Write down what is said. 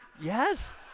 Yes